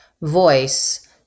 voice